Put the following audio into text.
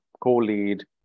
co-lead